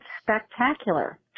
spectacular